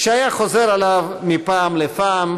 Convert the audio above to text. שהיה חוזר עליו מפעם לפעם: